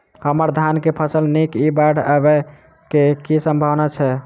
हम्मर धान केँ फसल नीक इ बाढ़ आबै कऽ की सम्भावना छै?